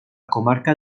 comarca